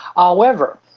however,